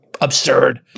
absurd